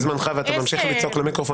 חרגת מזמנך ואתה ממשיך לצעוק למיקרופון.